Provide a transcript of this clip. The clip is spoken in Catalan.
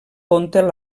popular